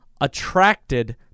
attracted